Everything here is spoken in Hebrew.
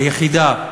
היחידה,